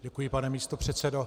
Děkuji, pane místopředsedo.